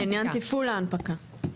לעניין תפעול ההנפקה.